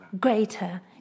greater